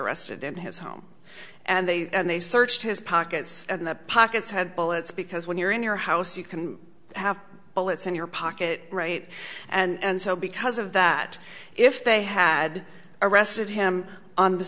arrested in his home and they and they searched his pockets and the pockets had bullets because when you're in your house you can have bullets in your pocket right and so because of that if they had arrested him on the